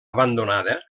abandonada